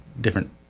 different